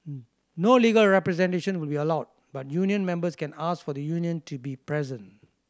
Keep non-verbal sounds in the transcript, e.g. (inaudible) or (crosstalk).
(noise) no legal representation will be allowed but union members can ask for the union to be present